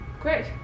Great